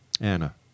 Anna